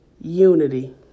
unity